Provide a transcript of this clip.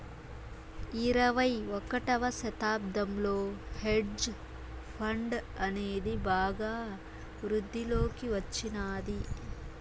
ఇరవై ఒకటవ శతాబ్దంలో హెడ్జ్ ఫండ్ అనేది బాగా వృద్ధిలోకి వచ్చినాది